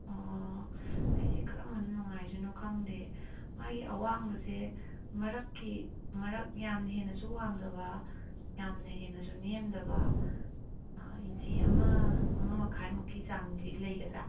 ꯑꯣ ꯑꯩꯁꯦ ꯀꯔꯝꯕꯅ ꯅꯨꯡꯉꯥꯏꯗꯣꯏꯅꯣ ꯈꯪꯗꯦ ꯃꯥꯒꯤ ꯑꯋꯥꯡꯕꯁꯦ ꯃꯔꯛꯀꯤ ꯃꯔꯛ ꯌꯥꯝ ꯍꯦꯟꯅꯁꯨ ꯋꯥꯡꯗꯕ ꯌꯥꯝꯅ ꯍꯦꯟꯅꯁꯨ ꯅꯦꯡꯗꯕ ꯏꯟꯆꯤ ꯑꯃ ꯑꯃ ꯃꯈꯥꯏ ꯃꯨꯛꯀꯤ ꯆꯥꯡꯗꯤ ꯂꯩꯒꯗ꯭ꯔꯥ